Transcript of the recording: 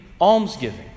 almsgiving